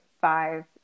five